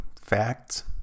facts